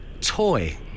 Toy